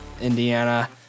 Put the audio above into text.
Indiana